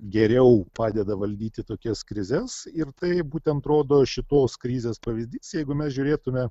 geriau padeda valdyti tokias krizes ir tai būtent rodo šitos krizės pavyzdys jeigu mes žiūrėtume